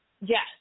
Yes